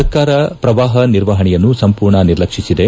ಸರ್ಕಾರ ಪ್ರವಾಪ ನಿರ್ವಹಣೆಯನ್ನು ಸಂಪೂರ್ಣ ನಿರ್ಲಕ್ಷಿಸಿದೆ